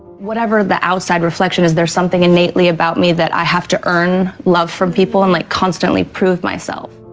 whatever the outside reflection is, there's something innately about me that i have to earn love from people and like constantly prove myself.